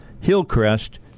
Hillcrest